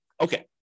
Okay